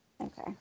okay